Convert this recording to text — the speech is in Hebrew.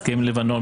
הסכם לבנון,